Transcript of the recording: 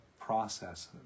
process